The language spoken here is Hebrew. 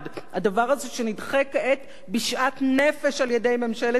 שנדחה כעת בשאט נפש על-ידי ממשלת נתניהו,